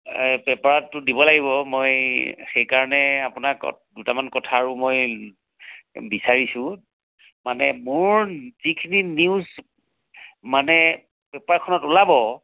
পেপাৰতটো দিব লাগিব মই সেইকাৰণে আপোনাক দুটামান কথা আৰু বিচাৰিছোঁ মানে মোৰ যিখিনি নিউজ মানে পেপাৰখনত ওলাব